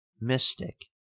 mystic